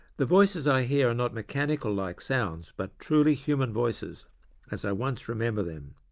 the voices i hear are not mechanical-like sounds, but truly human voices as i once remember them.